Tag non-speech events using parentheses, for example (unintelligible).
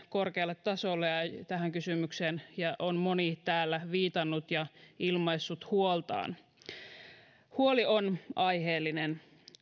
(unintelligible) korkealle tasolle ja tähän kysymykseen on moni täällä viitannut ja ilmaissut huoltaan huoli on aiheellinen